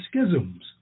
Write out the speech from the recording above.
schisms